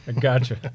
Gotcha